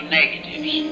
negatives